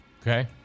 okay